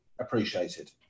appreciated